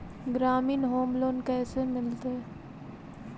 ग्रामीण home loan कैसे मिलतै?